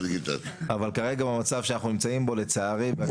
אבל כרגע במצב שאנחנו נמצאים בו לצערי.